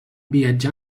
viatjar